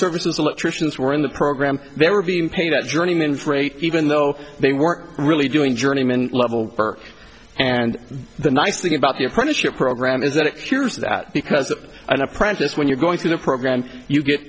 services electricians were in the program they were being paid at journeyman's rate even though they weren't really doing journeyman level and the nice thing about the apprenticeship program is that it cures that because of an apprentice when you're going through the program you get